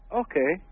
okay